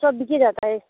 सब बिक ही जाता है